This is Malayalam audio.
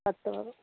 പത്ത് പവൻ